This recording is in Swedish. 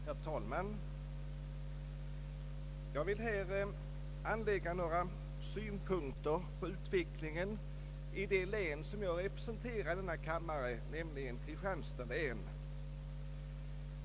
Herr talman! Jag vill här anlägga några synpunkter på utvecklingen i det län som jag representerar i denna kammare, nämligen Kristianstads län.